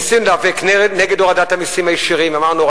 ניסינו להיאבק נגד הורדת המסים הישירים ואמרנו: